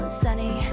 sunny